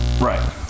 right